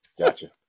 Gotcha